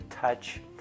touch